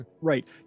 right